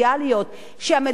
התאגדות זו זכות בסיסית,